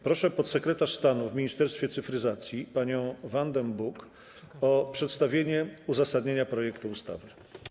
Proszę podsekretarz stanu w Ministerstwie Cyfryzacji panią Wandę Buk o przedstawienie uzasadnienia projektu ustawy.